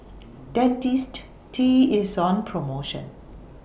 Dentiste T IS on promotion